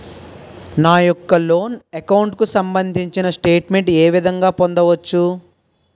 నా యెక్క loan account కు సంబందించిన స్టేట్ మెంట్ ఏ విధంగా పొందవచ్చు?